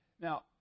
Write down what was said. Now